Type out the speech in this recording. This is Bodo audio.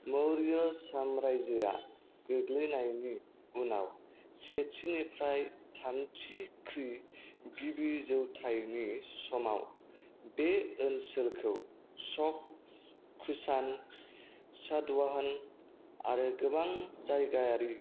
मौर्य' साम्रायजोया गोग्लैनायनि उनाव सेथिनिफ्राय थामथि खृ गिबि जौथायनि समाव बे ओनसोलखौ शक कुषाण सातवाहन आरो गोबां जायगायारि